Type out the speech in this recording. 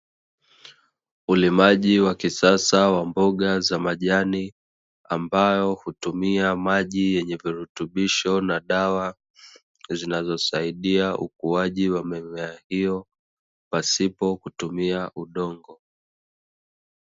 Ulimaji wa kisasa wa mboga za majani ambao hutumia maji yenye virutubisho, na dawa zinazosaidia ukuaji wa mimea hiyo pasipo kutumia udongo.